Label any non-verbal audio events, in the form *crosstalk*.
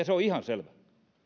*unintelligible* se on ihan selvä